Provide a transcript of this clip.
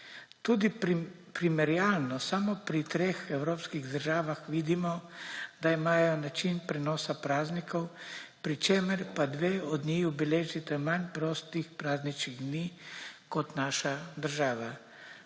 Tudi primerjalno samo pri treh evropskih državah vidimo, da imajo način prenosa praznikov, pri čemer pa dve od njiju beležita manj prostih prazničnih dni kot naša država;